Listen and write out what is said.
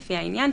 לפי העניין,